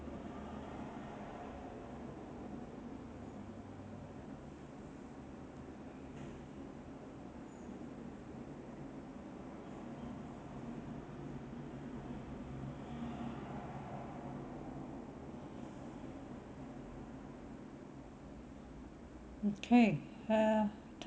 okay uh